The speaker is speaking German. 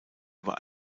über